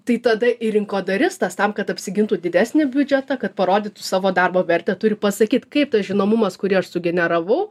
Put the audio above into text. tai tada ir rinkodaristas tam kad apsigintų didesnį biudžetą kad parodytų savo darbo vertę turi pasakyt kaip tas žinomumas kurį aš sugeneravau